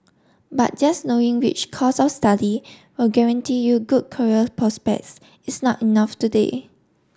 but just knowing which course of study will guarantee you good career prospects is not enough today